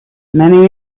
many